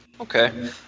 Okay